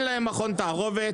אין להם מכון תערובת,